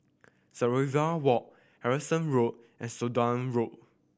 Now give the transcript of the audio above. Sommerville Walk Harrison Road and Sudan Road